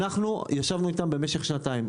אנחנו ישבנו איתם במשך שנתיים.